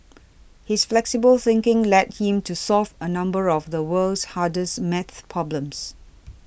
his flexible thinking led him to solve a number of the world's hardest math problems